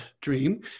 dream